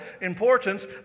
importance